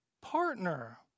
partner